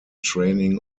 training